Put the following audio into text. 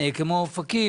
כמו אופקים,